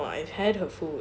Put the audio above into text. ya ya no I've had her food